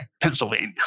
Pennsylvania